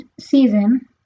season